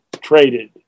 traded